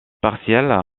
partielle